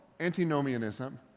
antinomianism